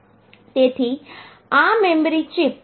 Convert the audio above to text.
તેથી આ memory chip માટેનું ઇનપુટ છે